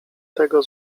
tego